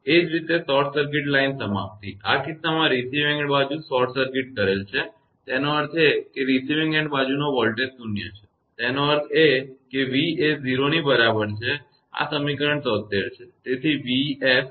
એ જ રીતે short circuit line સમાપ્તિ આ કિસ્સામાં રિસીવીંગ એન્ડ બાજુ શોર્ટ સર્કિટ કરેલ છે તેનો અર્થ એ કે રિસીવીંગ એન્ડ બાજુનો વોલ્ટેજ શૂન્ય છે તેનો અર્થ એ કે v એ 0 ની બરાબર છે આ સમીકરણ 73 છે